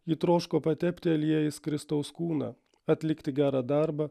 ji troško patepti aliejais kristaus kūną atlikti gerą darbą